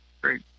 great